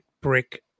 brick